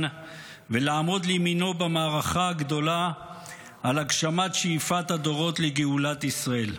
ולעמוד לימינו במערכה הגדולה על הגשמת שאיפת הדורות לגאולת ישראל.